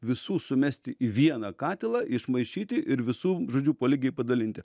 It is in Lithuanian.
visų sumesti į vieną katilą išmaišyti ir visų žodžiu po lygiai padalinti